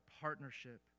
partnership